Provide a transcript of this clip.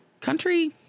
country